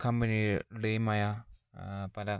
കമ്പനീടേയുമായ പല